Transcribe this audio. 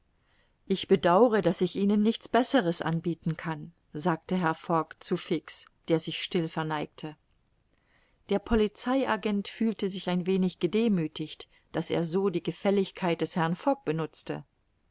ich bedauere daß ich ihnen nichts besseres anbieten kann sagte herr fogg zu fix der sich still verneigte der polizei agent fühlte sich ein wenig gedemüthigt daß er so die gefälligkeit des herrn fogg benutzte